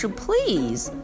please